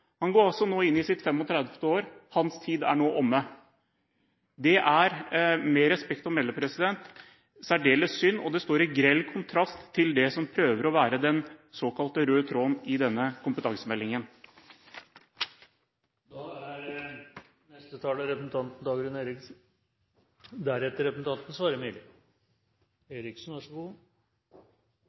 Han går altså nå inn i sitt 35. år, og hans tid er nå omme. Det er – med respekt å melde – særdeles synd, og det står i grell kontrast til det man prøver å si skal være den såkalt røde tråden i denne kompetansemeldingen. Disse to sakene inneholder jo mange andre saker som jeg ikke skal si så